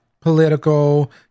political